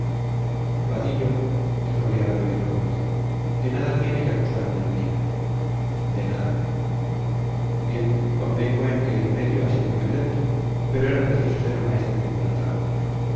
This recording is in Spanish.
vadillo díjole al oído el conde de nada tiene que acusarme la mía de nada bien convengo en que el medio ha sido violento pero era preciso ser maestre de calatrava